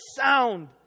sound